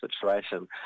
situation